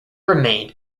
remained